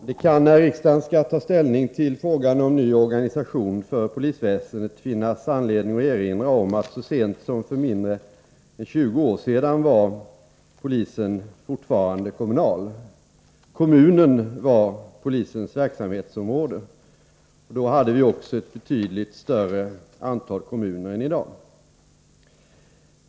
Herr talman! När riksdagen skall ta ställning till frågan om ny organisation för polisväsendet kan det finnas anledning att erinra om att så sent som för mindre än 20-år:sedan polisen, fortfarande var, kommunal. Kommunen; var polisens verksamhetsområde. Då hade vi också ett betydligt större antal kommuner än i dag.